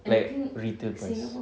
like retail price